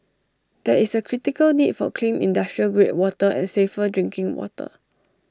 there is A critical need for clean industrial grade water and safer drinking water